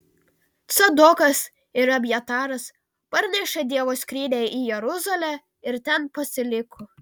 cadokas ir abjataras parnešė dievo skrynią į jeruzalę ir ten pasiliko